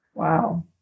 Wow